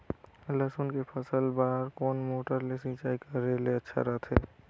लसुन के फसल बार कोन मोटर ले सिंचाई करे ले अच्छा रथे?